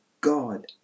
God